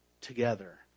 together